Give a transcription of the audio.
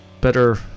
better